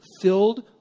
filled